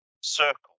circle